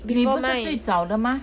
before mine